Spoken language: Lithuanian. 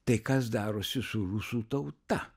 tai kas darosi su rusų tauta